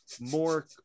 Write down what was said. more